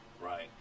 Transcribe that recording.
Right